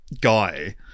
guy